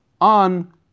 on